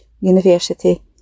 university